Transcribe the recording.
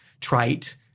trite